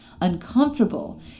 uncomfortable